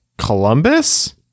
columbus